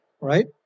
right